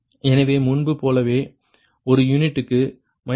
எனவே முன்பு போலவே ஒரு யூனிட்டுக்கு 20 255